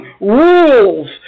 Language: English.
Rules